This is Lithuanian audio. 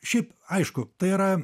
šiaip aišku tai yra